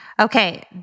Okay